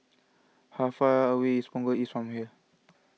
how far away is Punggol East from here